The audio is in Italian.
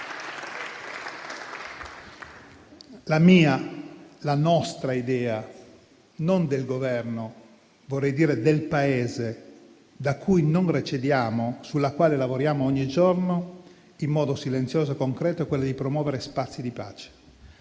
La mia, la nostra idea, non del Governo, ma vorrei dire del Paese, da cui non recediamo e sulla quale lavoriamo ogni giorno, in modo silenzioso e concreto, è quella di promuovere spazi di pace,